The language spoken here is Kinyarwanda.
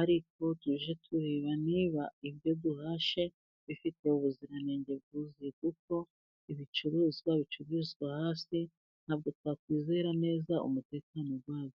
ariko tujye tureba niba ibyo duhashye bifite ubuziranenge bwuzuye, kuko ibicuruzwa bicururizwa hasi ntabwo twakwizera neza umutekano wabyo.